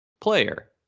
player